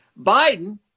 biden